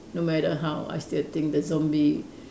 no matter how I still think the zombie